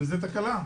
וזו תקלה.